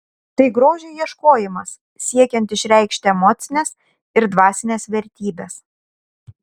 tai grožio ieškojimas siekiant išreikšti emocines ir dvasines vertybes